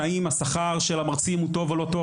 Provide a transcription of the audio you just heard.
האם השכר של המרצים הוא טוב או לא טוב,